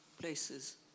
places